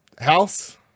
house